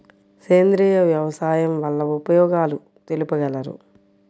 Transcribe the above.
సేంద్రియ వ్యవసాయం వల్ల ఉపయోగాలు తెలుపగలరు?